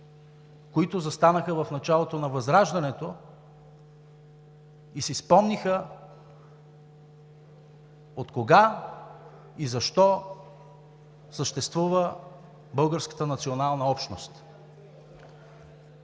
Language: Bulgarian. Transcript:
които застанаха в началото на Възраждането и си спомниха откога и защо съществува българската национална общност.